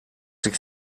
sich